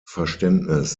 verständnis